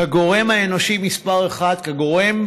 כגורם האנושי מספר אחת, כגורם